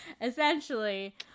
Essentially